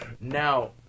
Now